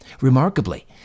Remarkably